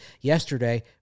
yesterday